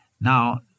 Now